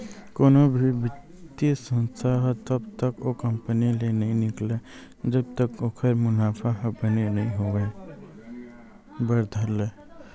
कोनो भी बित्तीय संस्था ह तब तक ओ कंपनी ले नइ निकलय जब तक ओखर मुनाफा ह बने नइ होय बर धर लय